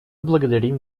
благодарим